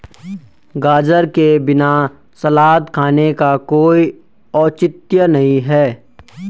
गाजर के बिना सलाद खाने का कोई औचित्य नहीं है